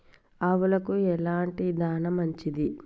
ఆవులకు ఎలాంటి దాణా మంచిది?